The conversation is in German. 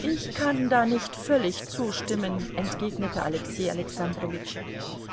ich kann da nicht völlig zustimmen entgegnete alexei alexandrowitsch